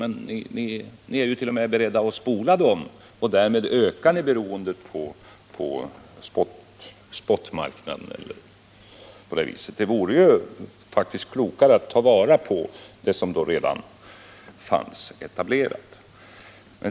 Men ni är ju t.o.m. beredda att spola dem och därmed öka beroendet av spotmarknaden. Det hade faktiskt varit klokare att ta vara på de möjligheter som redan fanns etablerade.